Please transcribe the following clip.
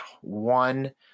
one